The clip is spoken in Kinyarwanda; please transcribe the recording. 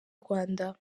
rwanda